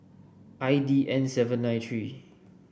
I D N seven nine three